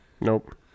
Nope